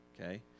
Okay